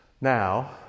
Now